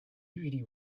usually